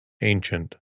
Ancient